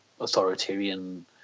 authoritarian